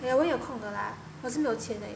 !aiya! 我有空的 lah 可是没有钱而已